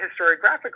historiographically